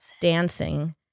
dancing